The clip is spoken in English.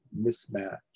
mismatch